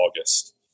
August